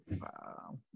Wow